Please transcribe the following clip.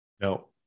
No